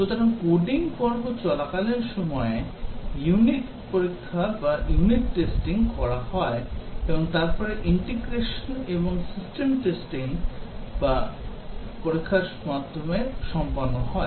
সুতরাং কোডিং পর্ব চলাকালীন সময়ে ইউনিট পরীক্ষা করা হয় এবং তারপরে ইন্টিগ্রেশন এবং সিস্টেম টেস্টিং পরীক্ষার পর্যায়ে সম্পন্ন হয়